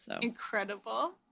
Incredible